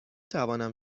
توانم